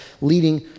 leading